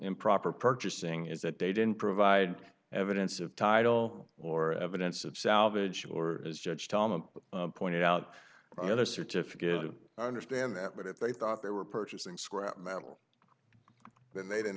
improper purchasing is that they didn't provide evidence of title or evidence of salvage or as judge thomas pointed out the other certificate to understand that but if they thought they were purchasing scrap metal then they didn't